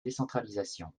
décentralisation